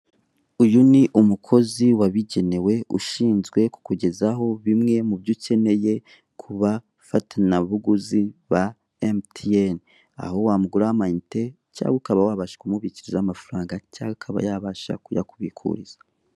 Uyu ni umukozi wabigenewe ushinzwe kukugezaho bimwe mu byo ukeneye ku bafatanabuguzi ba MTN, aho wamuguraho amayinite cyangwa ukaba wabasha kumubikirizaho amafaranga cyangwa akaba yabasha kuyakubikuriza.